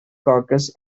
caucus